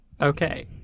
Okay